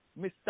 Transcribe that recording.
Mr